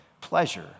pleasure